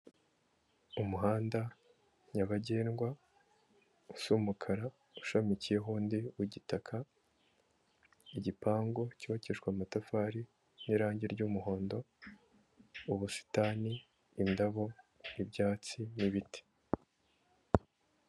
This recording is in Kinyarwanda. Umuhanda nyabagendwa usa umukara, ushamikiyeho undi w'igitaka, igipangu cyubakishijwe amatafari n'irangi ry'umuhondo, ubusitani, indabo, ibyatsi n'ibiti.